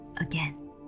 again